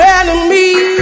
enemy